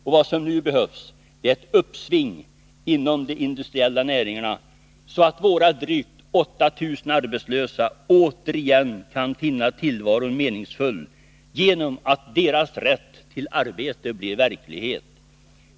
Och vad som nu behövs är ett uppsving inom de industriella näringarna, så att våra drygt 8 000 arbetslösa återigen kan finna tillvaron meningsfull genom att deras rätt till arbete blir tillgodosedd.